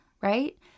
right